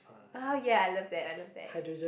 oh yeah I love that I love that